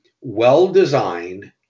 well-designed